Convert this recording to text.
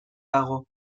dago